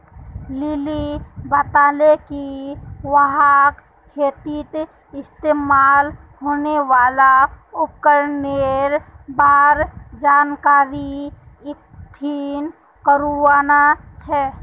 lily बताले कि वहाक खेतीत इस्तमाल होने वाल उपकरनेर बार जानकारी इकट्ठा करना छ